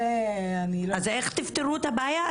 אז איך תפתרו את הבעיה?